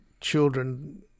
children